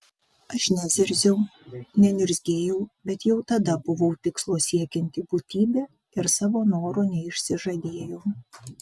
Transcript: aš nezirziau neniurzgėjau bet jau tada buvau tikslo siekianti būtybė ir savo noro neišsižadėjau